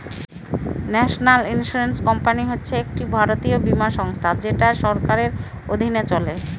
national insurance company হচ্ছে একটি জাতীয় বীমা সংস্থা যেটা সরকারের অধীনে চলে